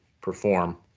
perform